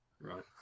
Right